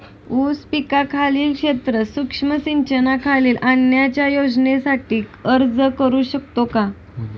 ऊस पिकाखालील क्षेत्र सूक्ष्म सिंचनाखाली आणण्याच्या योजनेसाठी अर्ज करू शकतो का?